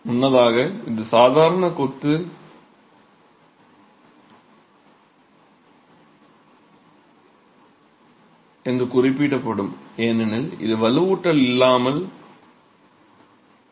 முன்னதாக இது சாதாரண கொத்து என்று குறிப்பிடப்படும் ஏனெனில் இது வலுவூட்டல் இல்லாமல் உள்ளது